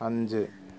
അഞ്ച്